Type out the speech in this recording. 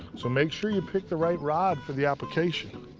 so make sure you pick the right rod for the application.